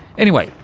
anyway,